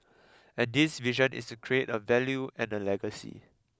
and this vision is to create a value and a legacy